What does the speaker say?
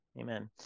Amen